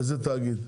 איזה תאגיד?